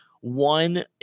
one